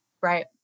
Right